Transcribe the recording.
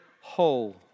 whole